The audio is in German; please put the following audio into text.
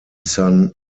san